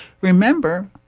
remember